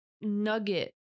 nugget